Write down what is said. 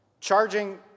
charging